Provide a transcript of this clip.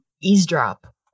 eavesdrop